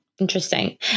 Interesting